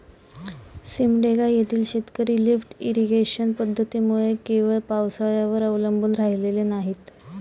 सिमडेगा येथील शेतकरी lift irrigation पद्धतीमुळे केवळ पावसाळ्यावर अवलंबून राहिलेली नाहीत